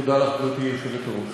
תודה לך, גברתי היושבת-ראש.